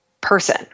person